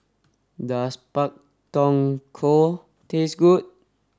does Pak Thong Ko taste good